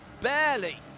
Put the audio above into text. barely